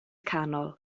canol